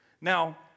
Now